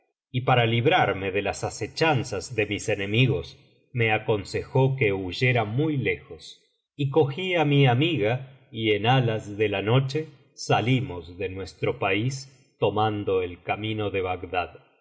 y para librarme de las asechanzas de mis enemigos me aconsejó que huyera muy lejos biblioteca valenciana generalitat valenciana historia de dulce amiga y cogí á mi amiga y en alas de la noche salimos de nuestro país tomando el camino de bagdad y